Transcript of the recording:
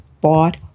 bought